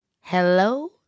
Hello